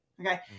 Okay